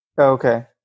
Okay